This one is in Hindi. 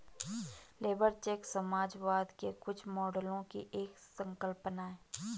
लेबर चेक समाजवाद के कुछ मॉडलों की एक संकल्पना है